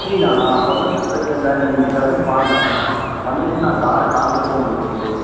free தானா அப்போ ஒன்றுமே பிரச்சினை இல்லை நீங்கள் கிளம்பி வாங்க வந்துட்டு நான் காரை காமிக்கிறேன் உங்களுக்கு